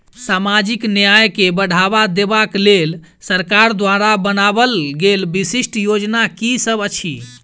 सामाजिक न्याय केँ बढ़ाबा देबा केँ लेल सरकार द्वारा बनावल गेल विशिष्ट योजना की सब अछि?